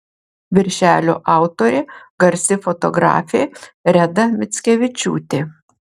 viršelio autorė garsi fotografė reda mickevičiūtė